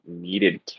needed